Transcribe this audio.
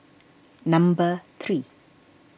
number three